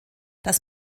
das